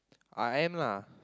I am lah